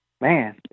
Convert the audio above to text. Man